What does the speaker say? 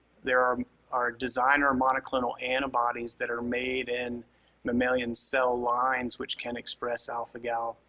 there are are designer monoclonal antibodies that are made in mammalian cell lines which can express alpha-gal.